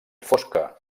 fosca